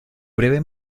breve